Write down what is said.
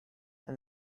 and